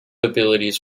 abilities